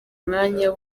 umwanya